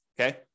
okay